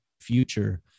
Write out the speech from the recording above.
future